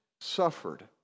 suffered